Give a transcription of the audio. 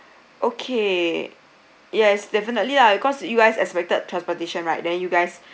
okay yes definitely lah cause you guys expected transportation right then you guys